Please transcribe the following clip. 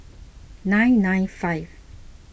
nine nine five